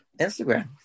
Instagram